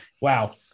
Wow